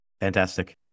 Fantastic